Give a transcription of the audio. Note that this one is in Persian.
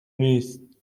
نیست